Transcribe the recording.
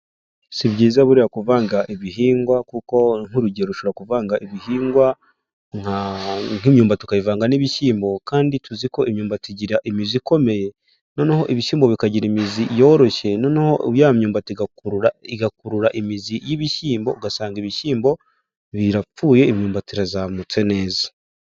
Si byiza buriya kuvanga ibihingwa kuko nk'urugero ushobora kuvanga ibihingwa nk'imyumbati ukavanga n'ibishyimbo. Kandi tuzi ko imyumbati igira imizi ikomeye noneho ibishyimbo bikagira imizi yoroshye, noneho ya myumbati igakurura imizi y'ibishyimbo ugasanga ibishyimbo birapfuye, imyumbati irazamutse neza.